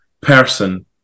person